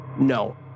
no